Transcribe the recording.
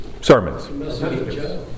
sermons